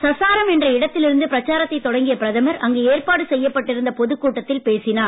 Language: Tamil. சசாரம் என்ற இடத்தில் இருந்து பிரச்சாரத்தை தொடங்கிய பிரதமர் அங்கு ஏற்பாடு செய்யப்பட்டிருந்த பொதுக்கூட்டத்தில் பேசினார்